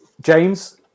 James